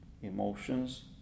Emotions